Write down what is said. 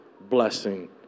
blessing